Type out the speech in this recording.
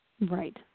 Right